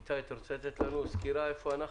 איתי, אתה רוצה להגיד לנו איפה אנחנו?